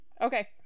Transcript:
Okay